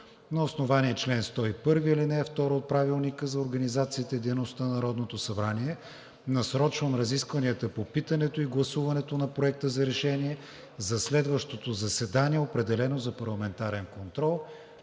На основание чл. 101, ал. 2 от Правилника за организацията и дейността на Народното събрание насрочвам разискванията по питането и гласуване на Проекта за решение за следващото заседание, определено за парламентарен контрол.